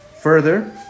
Further